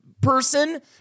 person